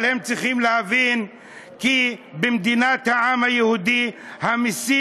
הם צריכים להבין כי במדינת העם היהודי המסים